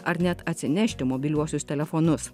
ar net atsinešti mobiliuosius telefonus